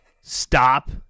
Stop